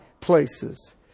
places